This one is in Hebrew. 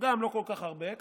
לא כל כך הרבה,